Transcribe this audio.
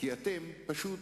כי אתם פשוט